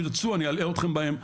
תרצו אני אלאה אותכם בהם,